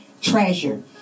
treasure